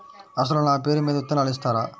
అసలు నా పేరు మీద విత్తనాలు ఇస్తారా?